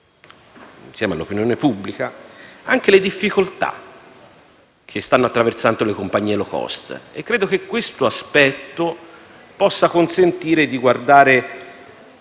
insieme all'opinione pubblica, anche le difficoltà che stanno attraversando le compagnie *low cost* e credo che questo aspetto possa consentire di guardare